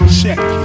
check